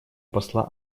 посла